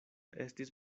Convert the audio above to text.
estis